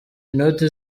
inoti